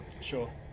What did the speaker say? Sure